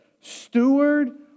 Steward